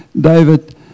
David